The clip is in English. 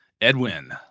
Edwin